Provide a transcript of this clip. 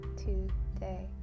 today